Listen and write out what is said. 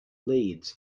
leeds